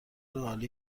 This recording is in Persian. عالی